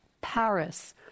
Paris